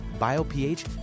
BioPH